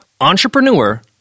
Entrepreneur